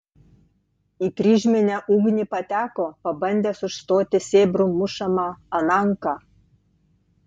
į kryžminę ugnį pateko pabandęs užstoti sėbrų mušamą ananką